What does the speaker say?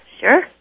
sure